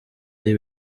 ari